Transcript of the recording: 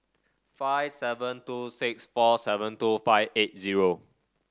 five seven two six four seven two five eight zero